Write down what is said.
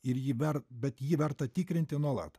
ir jį ver bet jį verta tikrinti nuolat